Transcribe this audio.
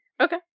Okay